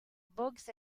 boggs